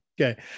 Okay